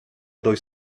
durch